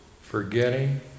forgetting